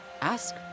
Ask